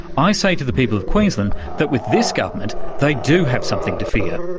i say to the people of queensland that with this government they do have something to fear.